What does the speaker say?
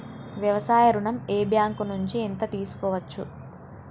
వ్యవసాయ ఋణం ఏ బ్యాంక్ నుంచి ఎంత తీసుకోవచ్చు?